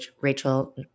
Rachel